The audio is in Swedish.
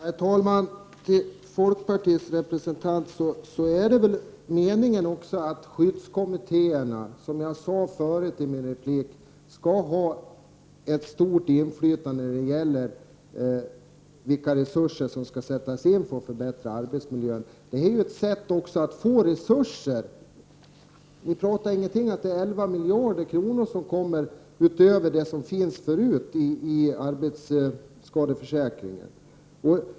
Herr talman! Jag vill till folkpartiets representant säga att det är meningen att också skyddskommittéerna, vilket jag sade i en tidigare replik, skall ha ett stort inflytande över vilka resurser som skall sättas in för att förbättra arbetsmiljön. Detta är också ett sätt att få resurser. Ni nämner ingenting om att det blir 11 miljarder kronor som tillkommer utöver de medel som förut finns tillgängliga inom arbetsskadeförsäkringen.